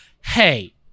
hey